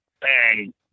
bang